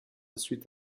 suite